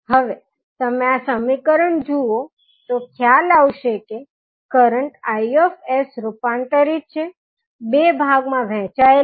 હવે તમે આ સમીકરણ જુઓ તો ખ્યાલ આવશે કે કરંટ Is રૂપાંતરિત છે બે ભાગમાં વહેંચાયેલ છે